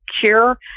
cure